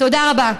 תודה רבה.